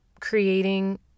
creating